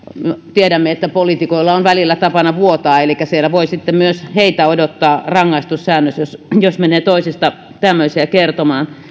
tiedämme että poliitikoilla on välillä tapana vuotaa elikkä myös heitä voi sitten odottaa rangaistussäännös jos jos menee toisista tämmöisiä kertomaan tämän ohella